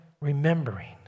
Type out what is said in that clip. remembering